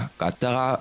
katara